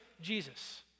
Jesus